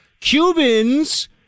cubans